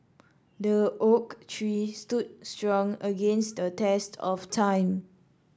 the oak tree stood strong against the test of time